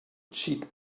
cheat